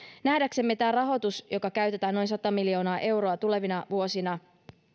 nähdäksemme tämä rahoitus joka käytetään noin sata miljoonaa euroa tulevina vuosina